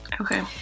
Okay